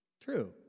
True